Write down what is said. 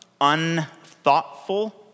unthoughtful